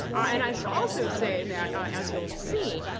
and i should also say, that as you'll see,